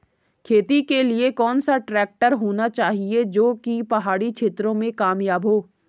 खेती के लिए कौन सा ट्रैक्टर होना चाहिए जो की पहाड़ी क्षेत्रों में कामयाब हो?